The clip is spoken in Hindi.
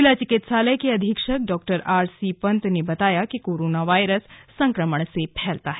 जिला चिकित्सालय के अधीक्षक डॉक्टर आरसी पंत ने बताया कि कोरोना वायरस संक्रमण से फैलता है